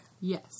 Yes